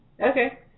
Okay